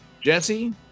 jesse